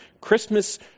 Christmas